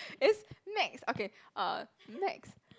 it's max okay uh max